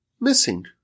missing